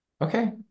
okay